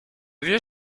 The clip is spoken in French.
vieux